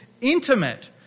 intimate